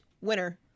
winner